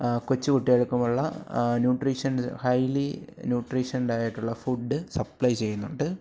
കൊച്ചുകുട്ടികള്ക്കുമുള്ള nutritioned highly ന്യൂട്രീഷന്റായിട്ടുള്ള food supply ചെയ്യുന്നുണ്ട്